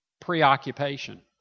Preoccupation